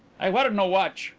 i wear no watch,